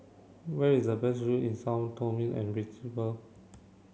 where is the best view in Sao Tome and Principe